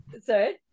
Sorry